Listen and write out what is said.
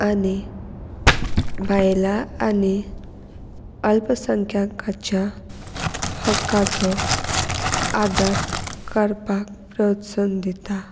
आनी भायलां आनी अल्पसंख्याक्याच्या हक्काचो आदार करपाक प्रोत्सवन दिता